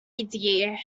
idea